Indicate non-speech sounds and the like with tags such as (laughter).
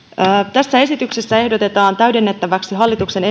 tässä esityksessä ehdotetaan täydennettäväksi hallituksen (unintelligible)